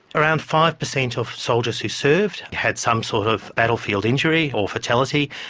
around five percent of soldiers who served had some sort of battlefield injury or fatality,